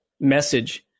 message